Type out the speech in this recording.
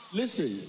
listen